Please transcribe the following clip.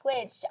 twitch